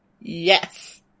Yes